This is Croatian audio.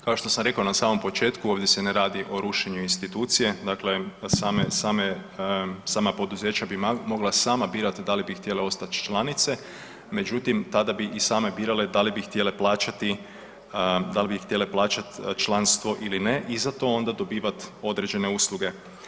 Kao što sam rekao na samom početku ovdje se ne radi o rušenju institucije, dakle same, sama poduzeća bi mogla sama birati da li bi htjele ostati članice međutim tada bi i same birale da li bi htjele plaćati, da li bi htjele plaćati članstvo ili ne i za to onda dobivat određene usluge.